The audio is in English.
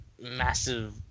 massive